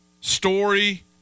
Story